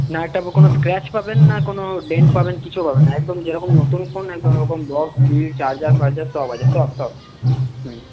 না একটা কখনো স্ক্র্যাচ পাবেন না কোন ডেণ্ট পাবেন কিচ্ছু পাবেন না একদম যেরকম নতুন ফোন একদম ওরকম বক্স বিল চার্জার ফার্জার সব আছে সব সব হুম